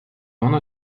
ona